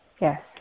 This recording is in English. Yes